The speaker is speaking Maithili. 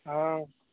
हँ